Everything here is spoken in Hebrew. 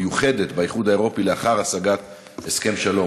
מיוחדת, באיחוד האירופי לאחר השגת הסכם שלום.